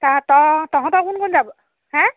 তাত অঁ তহঁতৰ কোন কোন যাব হে